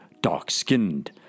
dark-skinned